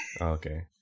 okay